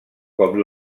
com